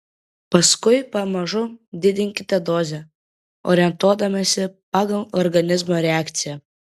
paskui pamažu didinkite dozę orientuodamiesi pagal organizmo reakciją